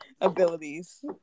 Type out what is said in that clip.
abilities